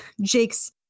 Jake's